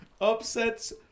upsets